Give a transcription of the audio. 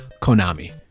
konami